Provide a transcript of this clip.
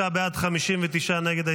49 בעד, 59 נגד.